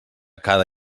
cada